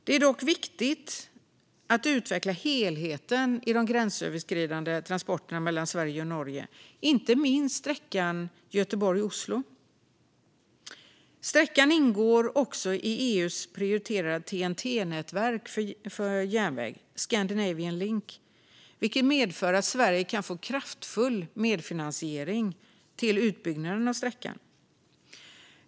Det är dock viktigt att utveckla helheten i de gränsöverskridande transporterna mellan Sverige och Norge, inte minst sträckan Göteborg-Oslo. Sträckan ingår också i EU:s prioriterade TEN-T nätverk för järnväg, Scandinavian Link, vilket medför att Sverige kan få kraftfull medfinansiering till utbyggnaden av sträckan.